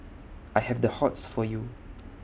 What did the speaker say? I have the hots for you